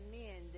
men